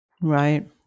Right